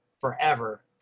forever